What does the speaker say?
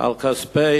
על כספי